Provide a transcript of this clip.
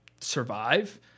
survive